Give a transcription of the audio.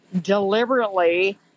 deliberately